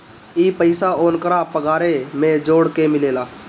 ई पइसा ओन्करा पगारे मे जोड़ के मिलेला